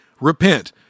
Repent